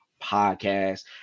podcast